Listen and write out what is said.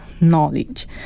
knowledge